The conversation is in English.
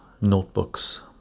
notebooks